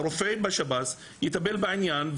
הרופא עם השב"ס יטפל בעניין,